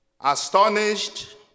Astonished